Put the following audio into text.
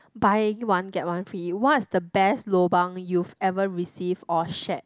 buy one get one free what's the best lobang you've ever received or shared